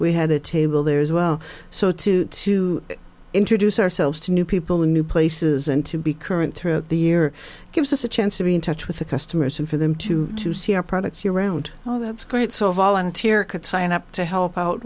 we had a table there as well so to to introduce ourselves to new people in new places and to be current throughout the year gives us a chance to be in touch with the customers and for them to to see our products year round oh that's great so volunteer could sign up to help out